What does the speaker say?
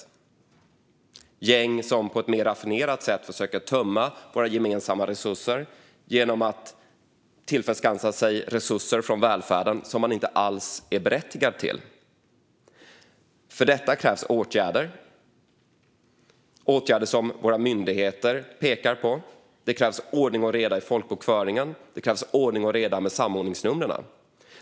Det är gäng som på ett mer raffinerat sätt försöker tömma våra gemensamma resurser genom att tillförskansa sig resurser från välfärden som man inte alls är berättigad till. För detta krävs åtgärder - åtgärder som våra myndigheter pekar på. Det krävs ordning och reda i folkbokföringen. Det krävs ordning och reda med samordningsnumren.